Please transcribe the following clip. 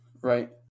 Right